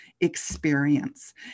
experience